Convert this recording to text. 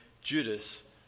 Judas